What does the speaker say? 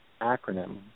acronym